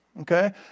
Okay